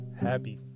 happy